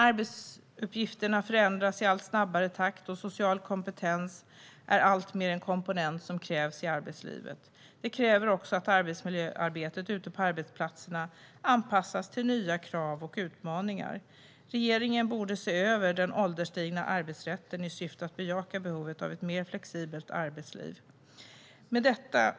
Arbetsuppgifterna förändras i allt snabbare takt, och social kompetens är en komponent som krävs alltmer i arbetslivet. Det kräver också att arbetsmiljöarbetet ute på arbetsplatserna anpassas till nya krav och utmaningar. Regeringen borde se över den ålderstigna arbetsrätten i syfte att bejaka behovet av ett mer flexibelt arbetsliv. Fru talman!